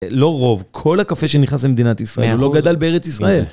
לא רוב, כל הקפה שנכנס למדינת ישראל, הוא לא גדל בארץ ישראל.